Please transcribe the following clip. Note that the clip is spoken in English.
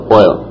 oil